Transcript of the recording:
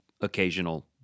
occasional